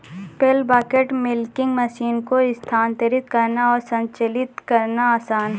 पेल bucket milking machine को स्थानांतरित करना और संचालित करना आसान है